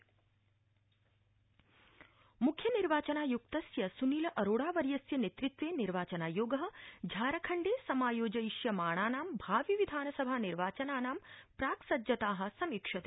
म्ख्य निर्वाचनाय्क्त म्ख्य निर्वाचनाय्क्तस्य स्नील अरोड़ा वर्यस्य नेतृत्वे निर्वाचनायोग झारखण्डे समायोजयिष्यमाणानां भावि विधानसभा निर्वाचनानां प्राक् सज्जताः समीक्षते